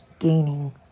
gaining